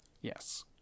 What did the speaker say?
Yes